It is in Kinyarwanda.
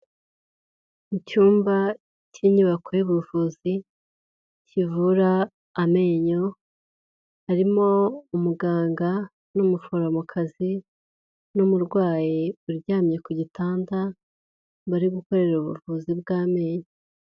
Mu cyumba cy'inyubako y'ubuvuzi, kivura amenyo, harimo umuganga n'umuforomokazi n'umurwayi uryamye ku gitanda, bari gukorera ubuvuzi bw'amenyo.